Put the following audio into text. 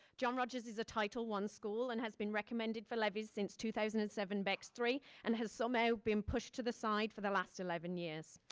john rogers is a title one school and has been recommended for levies since two thousand and seven bex iii and has somehow been pushed to the side for the last eleven years.